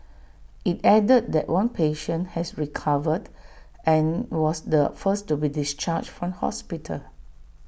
IT added that one patient has recovered and was the first to be discharged from hospital